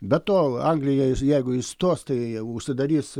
be to anglija jeigu išstos tai užsidarys